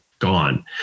gone